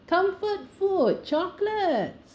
comfort food chocolate